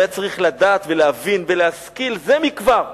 הוא היה צריך לדעת ולהבין ולהשכיל זה מכבר שאובמה,